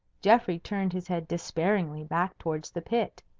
geoffrey turned his head despairingly back towards the pit.